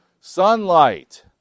sunlight